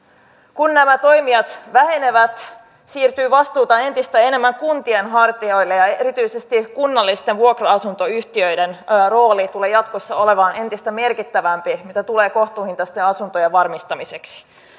kun nämä toimijat vähenevät siirtyy vastuuta entistä enemmän kuntien hartioille ja ja erityisesti kunnallisten vuokra asuntoyhtiöiden rooli tulee jatkossa olemaan entistä merkittävämpi mitä tulee kohtuuhintaisten asuntojen varmistamiseen